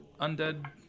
undead